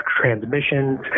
transmissions